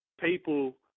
people